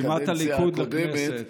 או ברשימת הליכוד לכנסת.